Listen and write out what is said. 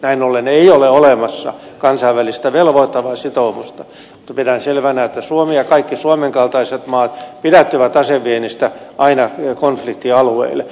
näin ollen ei ole olemassa kansainvälistä velvoittavaa sitoumusta mutta pidän selvänä että suomi ja kaikki suomen kaltaiset maat pidättyvät aseviennistä aina konfliktialueille